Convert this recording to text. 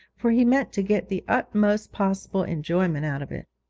for he meant to get the utmost possible enjoyment out of it.